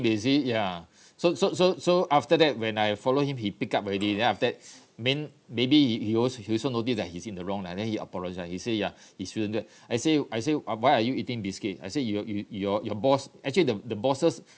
is it ya so so so so after that when I follow him he pick up already then after that I mean maybe he he also he also notice that he is in the wrong lah then he apologise he said ya he's feeling bad I say I say he he also why are you eating biscuit I say you you your your boss actually the the bosses